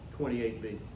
28B